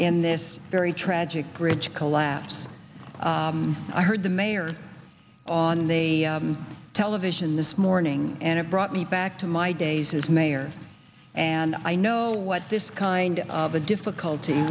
in this very tragic bridge collapse i heard the mayor on the television this morning and it brought me back to my days as mayor and i know what this kind of a difficulty